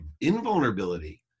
invulnerability